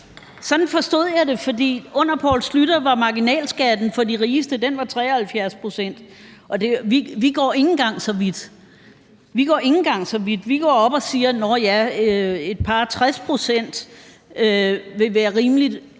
Sådan forstod jeg det, for under Poul Schlüter var marginalskatten for de rigeste 73 pct., og vi går ikke engang så vidt. Vi går op og siger, at et par og tres procent vil være rimeligt for